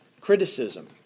criticism